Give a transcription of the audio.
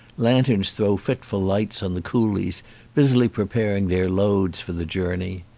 lanterns throw fitful lights on the coolies busily preparing their loads for the journey.